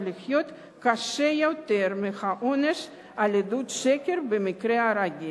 להיות קשה יותר מהעונש על עדות שקר במקרה הרגיל,